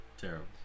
Terrible